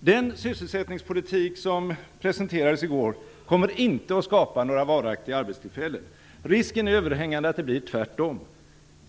Den sysselsättningspolitik som presenterades i går kommer inte att skapa några varaktiga arbetstillfällen. Risken är överhängande att det blir tvärtom.